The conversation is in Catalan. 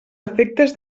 efectes